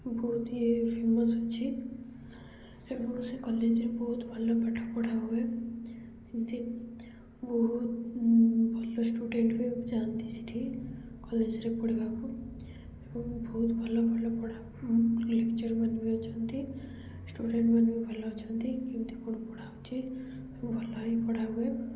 ବହୁତି ଇଏ ଫେମସ୍ ଅଛି ଏବଂ ସେ କଲେଜ୍ରେ ବହୁତ ଭଲ ପାଠ ପଢ଼ା ହୁଏ ଏମିତି ବହୁତ ଭଲ ଷ୍ଟୁଡ଼େଣ୍ଟ ବି ଯାଆନ୍ତି ସେଠି କଲେଜ୍ରେ ପଢ଼ିବାକୁ ଏବଂ ବହୁତ ଭଲ ଭଲ ପଢ଼ା ଲେକ୍ଚରମାନେ ବି ଅଛନ୍ତି ଷ୍ଟୁଡ଼େଣ୍ଟମାନେ ବି ଭଲ ଅଛନ୍ତି କେମ୍ତି କ'ଣ ପଢ଼ା ହେଉଛି ଭଲ ହିଁ ପଢ଼ା ହୁଏ